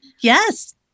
Yes